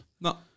No